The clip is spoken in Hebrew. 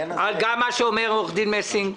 גם מה שאומר עו"ד מסינג.